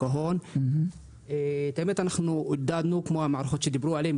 אנחנו עודדנו את המערכות שדיברו עליהם,